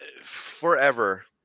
forever